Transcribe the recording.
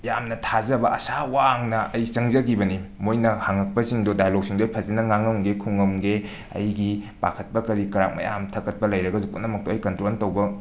ꯊꯥꯖꯕ ꯑꯁꯥ ꯋꯥꯡꯅ ꯑꯩ ꯆꯪꯖꯈꯤꯕꯅꯤ ꯃꯣꯏꯅ ꯍꯪꯉꯛꯄꯁꯤꯡꯗꯨ ꯗꯥꯏꯂꯣꯒꯁꯤꯡꯗꯣ ꯑꯩ ꯐꯖꯅ ꯉꯥꯡꯉꯝꯒꯦ ꯈꯨꯝꯃꯝꯒꯦ ꯑꯩꯒꯤ ꯄꯥꯈꯠꯄ ꯀꯔꯤ ꯀꯔꯥ ꯃꯌꯥꯝ ꯊꯛꯀꯠꯄ ꯂꯩꯔꯒꯁ ꯄꯨꯝꯅꯃꯛꯇꯣ ꯑꯩ ꯀꯟꯇ꯭ꯔꯣꯜ ꯇꯧꯕ